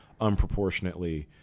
unproportionately